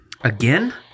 again